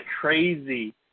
crazy